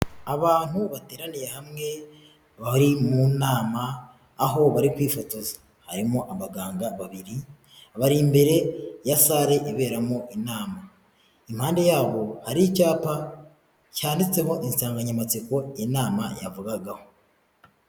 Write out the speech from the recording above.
Abantu bateraniye hamwe bari mu nama, aho bari kwifotoza. Harimo abaganga babiri bari imbere ya sale iberamo inama, impande ya bo ahri icyapa cyandikeho insanganyamatsiko inama yavugagaho.